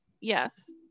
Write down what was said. Yes